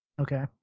Okay